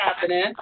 happening